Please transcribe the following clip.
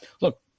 look